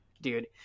dude